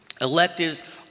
Electives